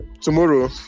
Tomorrow